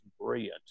brilliant